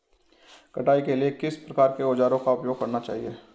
कटाई के लिए किस प्रकार के औज़ारों का उपयोग करना चाहिए?